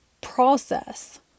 process